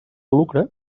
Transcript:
lucre